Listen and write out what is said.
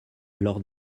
lors